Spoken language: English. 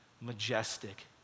majestic